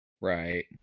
right